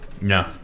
No